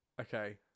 okay